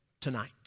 tonight